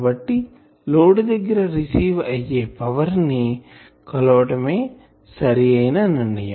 కాబట్టి లోడ్ దగ్గర రిసీవ్ అయ్యే పవర్ ని కొలవటమే సరి అయినా నిర్ణయం